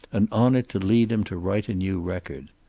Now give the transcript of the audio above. and on it to lead him to write a new record.